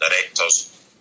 directors